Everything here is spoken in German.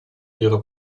ihre